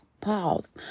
Pause